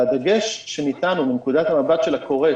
הדגש שניתן הוא מנקודת המבט של הקורא,